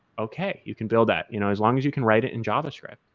okay, you can build that you know as long as you can write it in javascript.